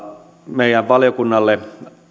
meidän valiokunnalle